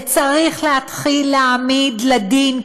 וצריך להתחיל להעמיד לדין,